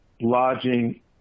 lodging